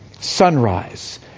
sunrise